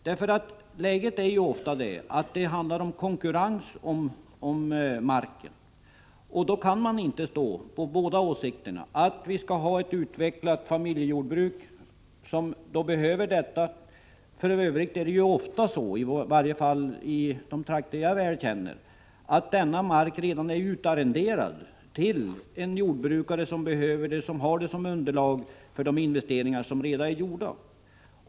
Det handlar ju ofta om konkurrens om marken, och då kan man inte stå här med båda synpunkterna: att vi skall ha ett utvecklat familjejordbruk, som då behöver marken, och att vi skall skapa en bärkraftig enhet, som alltså också behöver marken. För övrigt är denna mark — i varje fall i de trakter jag väl känner — ofta utarrenderad till en jordbrukare som har den som underlag för de investeringar som redan är gjorda.